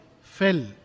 fell